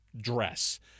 dress